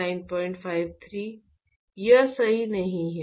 यह सही नहीं है